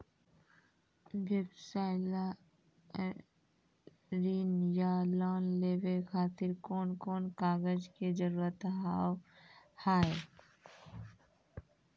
व्यवसाय ला ऋण या लोन लेवे खातिर कौन कौन कागज के जरूरत हाव हाय?